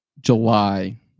July